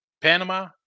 Panama